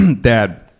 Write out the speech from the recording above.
Dad